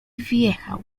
wjechał